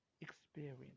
experience